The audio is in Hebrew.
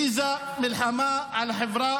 הכריזה מלחמה על החברה